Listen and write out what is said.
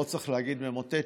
לא צריך להגיד ממוטט,